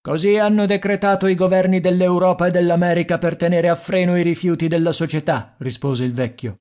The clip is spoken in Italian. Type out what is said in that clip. così hanno decretato i governi dell'europa e dell'america per tenere a freno i rifiuti della società rispose il vecchio